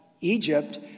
Egypt